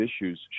issues